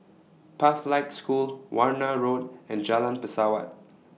Pathlight School Warna Road and Jalan Pesawat